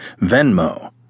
Venmo